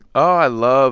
i love